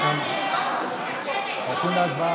הצבעה